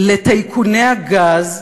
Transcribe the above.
לטייקוני הגז,